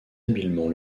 habilement